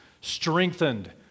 strengthened